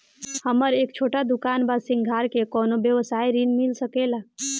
हमर एक छोटा दुकान बा श्रृंगार के कौनो व्यवसाय ऋण मिल सके ला?